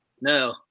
No